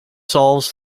solves